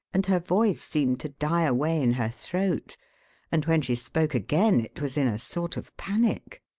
and her voice seemed to die away in her throat and when she spoke again it was in a sort of panic.